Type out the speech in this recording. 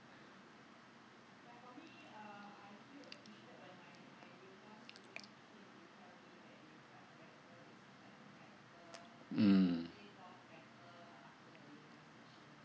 mm